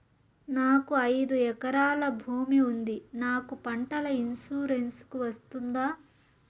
నాకు ఐదు ఎకరాల భూమి ఉంది నాకు పంటల ఇన్సూరెన్సుకు వస్తుందా?